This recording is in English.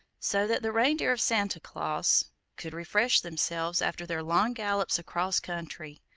so that the reindeer of santa claus could refresh themselves after their long gallops across country.